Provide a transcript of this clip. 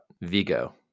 Vigo